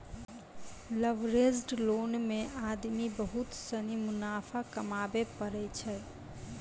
leveraged loan मे आदमी बहुत सनी मुनाफा कमाबै पारै छै